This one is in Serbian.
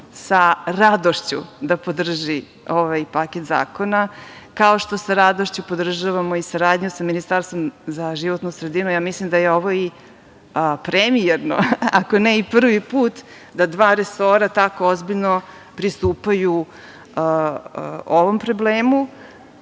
sa radošću da podrži ovaj paket zakona, kao što sa radošću podržavamo i saradnju sa Ministarstvom za životnu sredinu. Ja mislim da je ovo i premijerno, ako ne i prvi put da dva resora tako ozbiljno pristupaju ovom problemu,